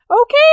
Okay